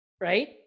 right